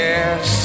Yes